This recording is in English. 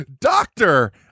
Doctor